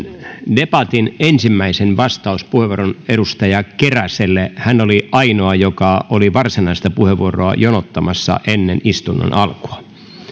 debatin ensimmäisen vastauspuheenvuoron edustaja keräselle hän oli ainoa joka oli varsinaista puheenvuoroa jonottamassa ennen istunnon alkua